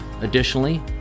Additionally